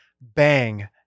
bang